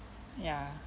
yeah